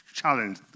challenge